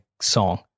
song